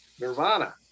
Nirvana